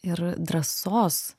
ir drąsos